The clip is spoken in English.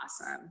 awesome